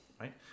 right